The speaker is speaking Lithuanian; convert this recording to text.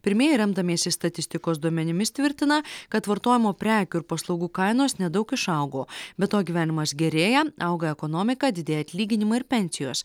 pirmieji remdamiesi statistikos duomenimis tvirtina kad vartojimo prekių ir paslaugų kainos nedaug išaugo be to gyvenimas gerėja auga ekonomika didėja atlyginimai ir pensijos